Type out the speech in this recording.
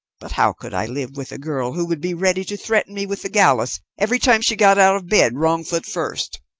but how could i live with a girl who would be ready to threaten me with the gallows every time she got out of bed wrong foot first?